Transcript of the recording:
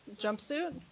jumpsuit